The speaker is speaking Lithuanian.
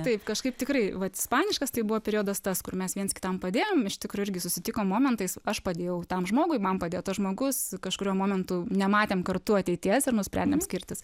taip kažkaip tikrai vat ispaniškas tai buvo periodas tas kur mes viens kitam padėjom iš tikro irgi susitikom momentais aš padėjau tam žmogui man padėjo tas žmogus kažkuriuo momentu nematėm kartu ateities ir nusprendėm skirtis